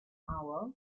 hour